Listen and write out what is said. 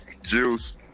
Juice